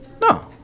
No